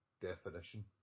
definition